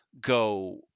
go